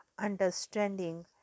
understanding